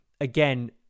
again